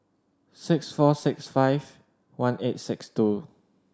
six four six five one eight six two